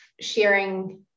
sharing